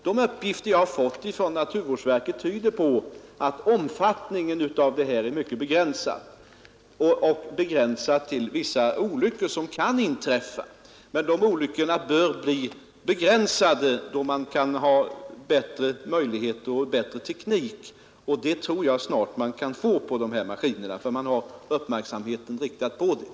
De uppgifter jag har fått från naturvårdsverket tyder på att omfattningen av detta är mycket begränsad och begränsad till vissa olyckor som kan inträffa. De olyckorna bör bli färre då man får en bättre teknik, och det tror jag snart man kan få för man har uppmärksamheten riktad på saken.